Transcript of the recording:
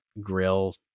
grill